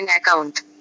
account